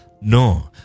No